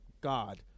God